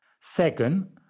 Second